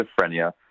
schizophrenia